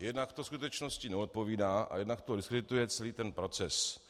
Jednak to skutečnosti neodpovídá a jednak to diskredituje celý ten proces.